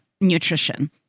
nutrition